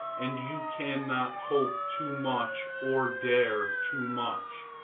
and you cannot hope too much or dare too much.